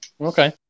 Okay